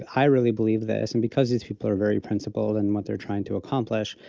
i really believe this. and because these people are very principled, and what they're trying to accomplish,